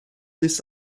this